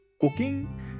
cooking